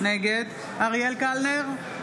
נגד אריאל קלנר,